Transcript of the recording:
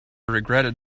regretted